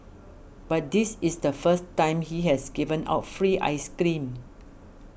but this is the first time he has given out free ice cream